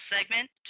segment